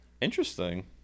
Interesting